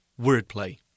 Wordplay